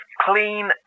clean